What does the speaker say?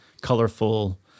colorful